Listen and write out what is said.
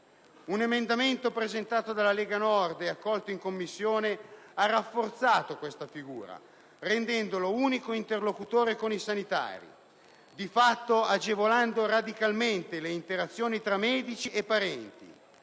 Un emendamento presentato dalla Lega Nord, e accolto in Commissione, ha rafforzato questa figura rendendolo unico interlocutore con i sanitari, di fatto agevolando radicalmente le interazioni tra medici e parenti.